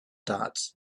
dots